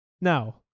now